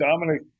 Dominic